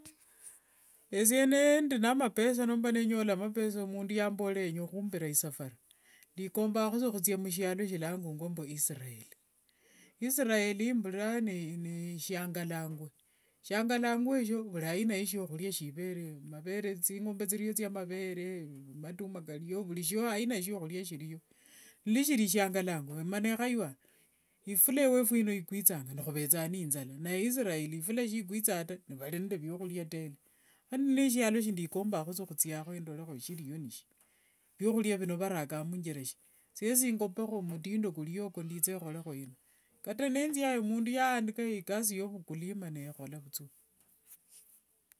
Esie nindi nende mapesa, nomba ninyola mapesa omundu yamborere yenya khumbira isafari, ndikombangasa khuthiakho mushialo shilanguangua mbu israel. Israel mbuliranga mbu neshiangaluanga. Shiangaluanga eshio vuli aina ya shiakhulia shiliwo, mavere thingombe thiliyo thia mavere, matumwa kaliwo, vuli aina ya shiakhulia shilio. Nishilishiangaluanga mana ekhayua, ifula wefu eno ikwithanga nokhuvethanga na inthala na israel ifula sikwithanga ta nivali na vwokhulia tele. Lano nishialo shindikombangakho khuthiakho ndolekho shilio nishi. Vwokhulia vino varakanga namna shi? Siesi ngopekho mtindo kuliyo ndithekho kholekho eno. Kata nithiayo mundu yaandika ikasi ya vukulima nekhola vuthua.